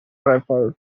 referred